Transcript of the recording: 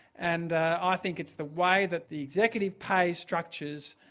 and i think it's the way the the executive pay structures,